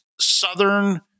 southern